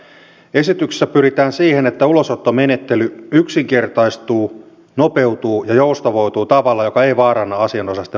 esityksessä pyritään siihen että ulosottomenettely yksinkertaistuu nopeutuu ja joustavoituu tavalla joka ei vaaranna asianosaisten oikeusturvaa